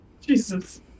Jesus